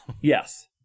Yes